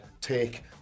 Take